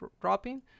dropping